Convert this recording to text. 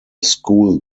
school